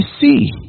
see